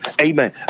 Amen